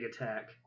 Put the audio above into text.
attack